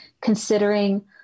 considering